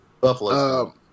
Buffalo